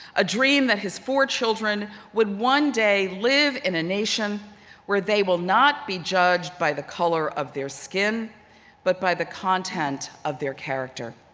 a dream that his four children would one day live in a nation where they will not be judged by the color of their skin but by the content of their character.